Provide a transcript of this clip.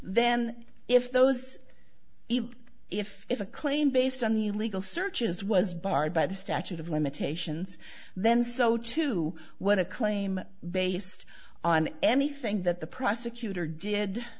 then if those if if a claim based on the legal searches was barred by the statute of limitations then so too what a claim based on anything that the prosecutor did